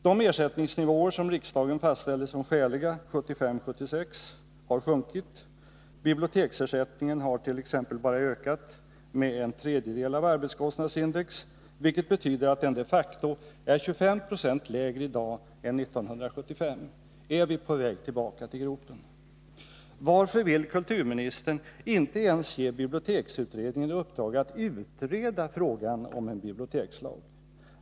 De ersättningsnivåer som riksdagen fastställde som skäliga 1975-76 har sjunkit — biblioteksersättningen har t.ex. bara ökat med 1/3 av arbetskostnadsindex, vilket betyder att den de facto är 25 96 lägre i dag än 1975 — är vi på väg tillbaka till gropen?” Varför vill kulturministern inte ens ge biblioteksutredningen i uppdrag att utreda frågan om en bibliotekslag?